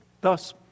Thus